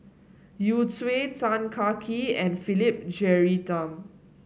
Yu Zhuye Tan Kah Kee and Philip Jeyaretnam